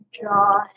draw